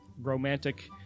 romantic